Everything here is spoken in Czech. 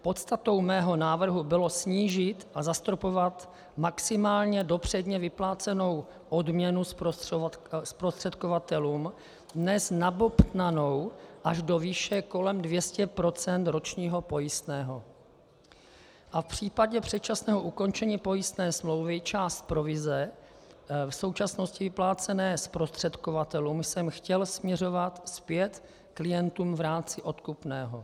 Podstatou mého návrhu bylo snížit a zastropovat maximálně dopředně vyplácenou odměnu zprostředkovatelům, dnes nabobtnanou až do výše kolem 200 % ročního pojistného, a v případě předčasného ukončení pojistné smlouvy část provize v současnosti vyplácené zprostředkovatelům jsem chtěl směřovat zpět klientům v rámci odkupného.